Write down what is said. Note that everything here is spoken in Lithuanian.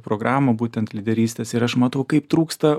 programą būtent lyderystės ir aš matau kaip trūksta